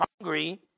hungry